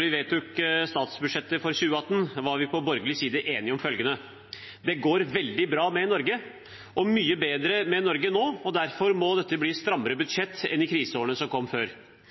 vi vedtok statsbudsjettet for 2018, var vi på borgerlig side enige om følgende: Det går veldig bra – mye bedre – med Norge nå. Derfor må dette bli et strammere budsjett enn i kriseårene før. Vi har vært enige om at vekstfremmende tiltak må prioriteres, og vi er enige om at omstillingen i norsk økonomi krever et grønt skifte, som